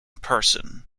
person